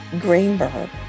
Greenberg